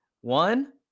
One